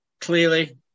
clearly